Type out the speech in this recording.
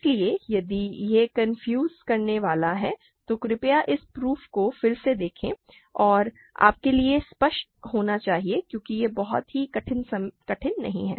इसलिए यदि यह कंफ्यूज करने वाला है तो कृपया इस प्रूफ को फिर से देखें और यह आपके लिए स्पष्ट होना चाहिए क्योंकि इस समय यह बहुत कठिन नहीं है